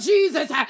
Jesus